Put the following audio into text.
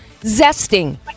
zesting